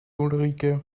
ulrike